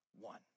one